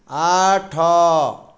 ଆଠ